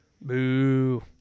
boo